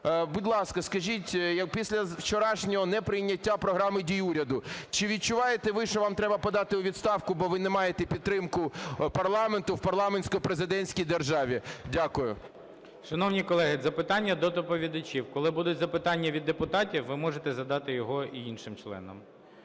Будь ласка, скажіть після вчорашнього неприйняття програми дій уряду чи відчуваєте ви, що вам треба подати у відставку, бо ви не маєте підтримку парламенту в парламентсько-президентській державі? Дякую. ГОЛОВУЮЧИЙ. Шановні колеги, запитання до доповідачів. Коли будуть запитання від депутатів, ви можете задати його і іншим членам.